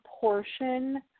portion